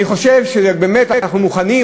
אני חושב שבאמת אנחנו מוכנים,